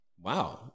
Wow